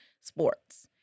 sports